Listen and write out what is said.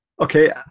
okay